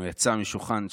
הוא יצא משולחן השבת.